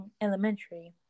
elementary